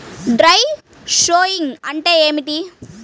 Dry sowing అంటే ఏమిటి?